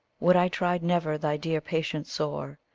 would i tried never thy dear patience sore,